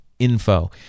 info